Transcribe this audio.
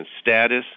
status